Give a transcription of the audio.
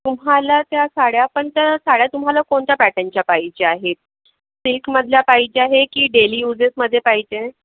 तुम्हाला त्या साड्या पण तर साड्या तुम्हाला कोणत्या पॅटर्नच्या पाहिजे आहेत सिल्कमधल्या पाहिजे आहे की डेली युजेसमध्ये पाहिजे आहेत